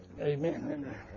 Amen